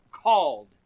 Called